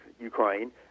Ukraine